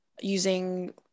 using